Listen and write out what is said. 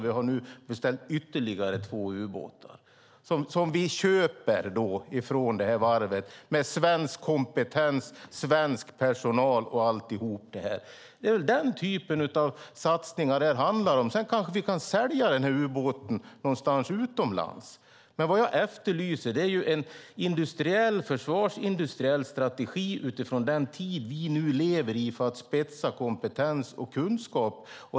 Vi har nu beställt ytterligare två ubåtar, som vi köper från detta varv med svensk kompetens, svensk personal och allt annat. Det är denna typ av satsningar det handlar om. Sedan kanske vi kan sälja ubåten utomlands. Vad jag efterlyser är en försvarsindustriell strategi utifrån den tid vi nu lever i för att spetsa kompetens och kunskap.